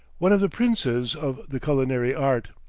one of the princes of the culinary art.